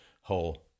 whole